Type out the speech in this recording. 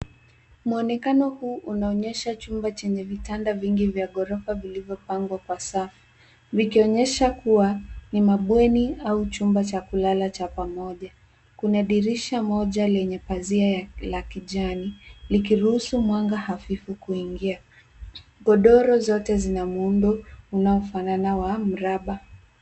Mwonekano huu unaonyesha chumba chenye vitanda vingi vya ghorofa vilivyoangwa kwa safu vikionyesha kua mabweni au chumba cha kulala cha pamoja. Kuna dirisha moja lenye pazia la kijani likiruhusu mwanga hafifu kuingia, godoro zote zina muundo unaofanana wa mraba.